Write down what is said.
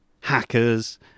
hackers